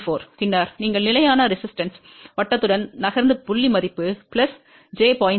4 பின்னர் நீங்கள் நிலையான எதிர்ப்பு வட்டத்துடன் நகர்ந்து புள்ளி மதிப்பு j 0